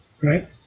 right